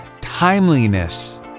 timeliness